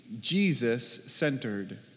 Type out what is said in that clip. Jesus-centered